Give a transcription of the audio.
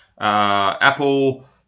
Apple